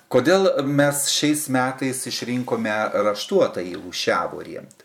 kodėl mes šiais metais išrinkome raštuotąjį lūšiavorį